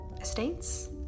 estates